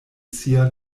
sia